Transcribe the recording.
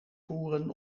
voeren